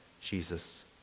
Jesus